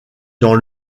dans